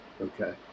Okay